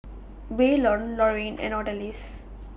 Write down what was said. Waylon Lorin and Odalys